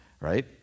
right